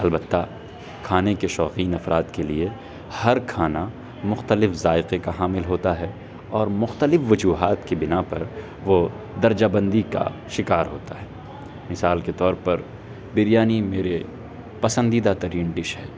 البتہ کھانے کے شوقین افراد کے لیے ہر کھانا مختلف ذائقے کا حامل ہوتا ہے اور مختلف وجوہات کی بنا پر وہ درجہ بندی کا شکار ہوتا ہے مثال کے طور پر بریانی میرے پسندیدہ ترین ڈش ہے